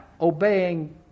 obeying